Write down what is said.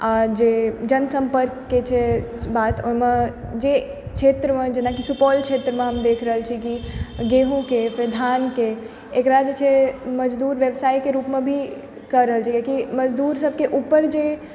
आओर जे जनसम्पर्कके छै बात ओहिमे जाहि क्षेत्रमे जेनाकि सुपौल क्षेत्रमे हम देखि रहल छी कि गेहूँके फेर धानके एकरा जे छै मजदूर व्यवसायके रूपमे भी कए रहल छै लेकिन मजदूर सबके ऊपर जे